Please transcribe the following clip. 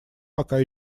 пока